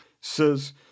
says